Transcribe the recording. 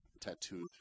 tattooed